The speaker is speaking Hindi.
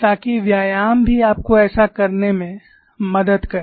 ताकि व्यायाम भी आपको ऐसा करने में मदद करे